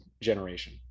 generation